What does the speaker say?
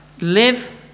Live